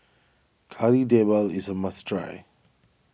Kari Debal is a must try